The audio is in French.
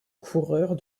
coureurs